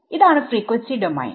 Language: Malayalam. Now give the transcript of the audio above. ഇതാണ് ഫ്രീക്വൻസി ഡോമെയിൻ